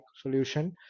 solution